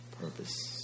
purpose